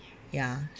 ya